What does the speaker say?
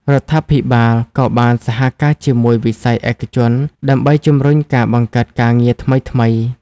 រដ្ឋាភិបាលក៏បានសហការជាមួយវិស័យឯកជនដើម្បីជំរុញការបង្កើតការងារថ្មីៗ។